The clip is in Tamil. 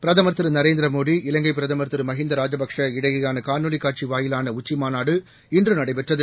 பிரதம் திரு நரேந்திரமோடி இலங்கை பிரதம் திரு மகிந்தா ராஜபக்ஷே இடையேயான காணொலி காட்சி வாயிலான உச்சிமாநாடு இன்று நடைபெற்றது